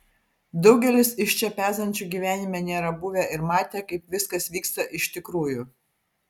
daugelis iš čia pezančių gyvenime nėra buvę ir matę kaip viskas vyksta iš tikrųjų